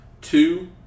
two